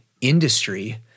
industry